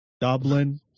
Dublin